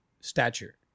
stature